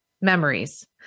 memories